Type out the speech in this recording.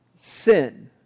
sin